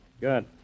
Good